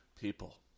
People